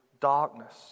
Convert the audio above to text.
darkness